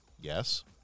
Yes